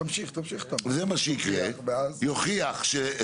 כי אז לא צריך לתקתק להם שעון.